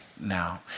now